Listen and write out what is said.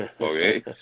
Okay